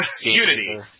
Unity